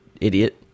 idiot